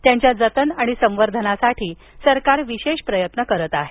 त्यांच्या जतन आणि संवर्धनासाठी सरकार विशेष प्रयत्न करीत आहे